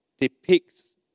depicts